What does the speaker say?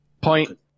Point